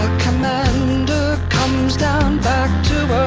commander comes down back to